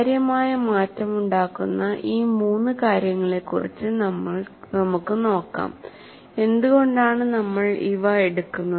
കാര്യമായ മാറ്റമുണ്ടാക്കുന്ന ഈ മൂന്ന് കാര്യങ്ങളെക്കുറിച്ച് നമുക്ക് നോക്കാം എന്തുകൊണ്ടാണ് നമ്മൾ ഇവ എടുക്കുന്നത്